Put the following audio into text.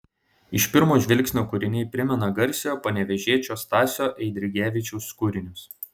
iš pirmo žvilgsnio kūriniai primena garsiojo panevėžiečio stasio eidrigevičiaus kūrinius